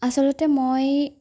আচলতে মই